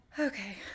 Okay